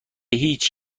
هیچ